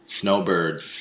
snowbirds